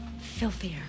filthier